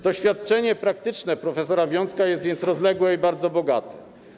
Doświadczenie praktyczne prof. Wiącka jest więc rozległe i bardzo bogate.